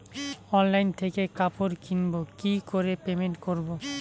Online থেকে কাপড় কিনবো কি করে পেমেন্ট করবো?